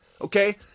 okay